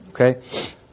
Okay